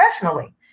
professionally